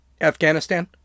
Afghanistan